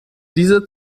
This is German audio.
diese